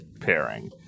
pairing